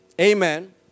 Amen